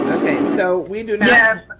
okay, so we do not.